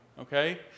okay